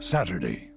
Saturday